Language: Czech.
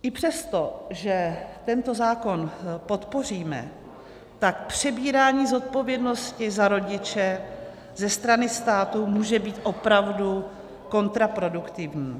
I přesto, že tento zákon podpoříme, tak přebírání zodpovědnosti za rodiče ze strany státu může být opravdu kontraproduktivní.